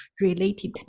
related